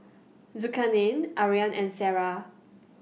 Zulkarnain Aryan and Sarah